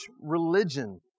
religion